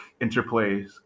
interplays